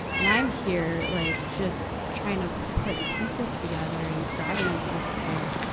and i'm here like just trying to put pieces together and fragments of, of,